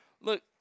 Look